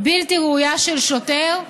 בלתי ראויה של שוטר,